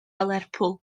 lerpwl